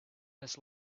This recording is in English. this